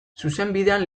zuzenbidean